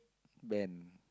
bend